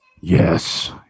Yes